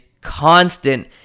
constant